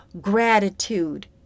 gratitude